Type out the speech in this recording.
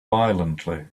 violently